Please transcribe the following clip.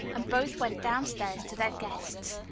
and both went down-stairs to their guests,